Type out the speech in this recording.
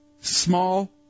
small